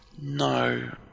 No